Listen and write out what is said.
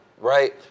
right